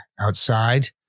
outside